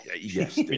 Yes